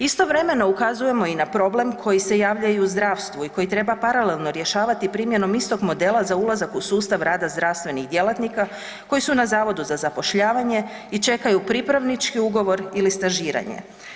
Istovremeno ukazujemo i na problem koji se javlja i u zdravstvu i koji treba paralelno rješavati primjenom istog modela za ulazak u sustav rada zdravstvenih djelatnika koji su na Zavodu za zapošljavanje i čekaju pripravnički ugovor ili stažiranje.